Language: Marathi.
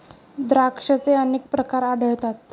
द्राक्षांचे अनेक प्रकार आढळतात